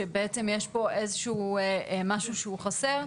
שבעצם יש פה איזה שהוא משהו שהוא חסר.